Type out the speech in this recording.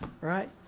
right